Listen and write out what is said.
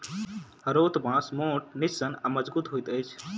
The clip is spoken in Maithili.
हरोथ बाँस मोट, निस्सन आ मजगुत होइत अछि